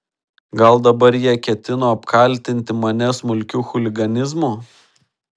gal dabar jie ketino apkaltinti mane smulkiu chuliganizmu